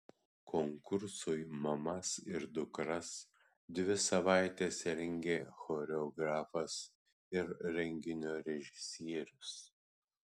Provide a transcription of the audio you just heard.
konkursui mamas ir dukras dvi savaites rengė choreografas ir renginio režisierius